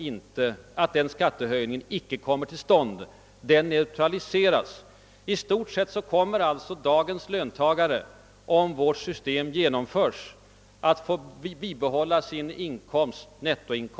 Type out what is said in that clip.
I stort sett kommer alltså dagens löntagare, om vårt förslag genomförs, att få bibehålla sin nuvarande nettoinkomst oförändrad. De får ingen skattesänkning, de undgår skattehöjning. I princip bör detta gälla alla inkomsttagare.